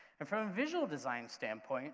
and from a visual design standpoint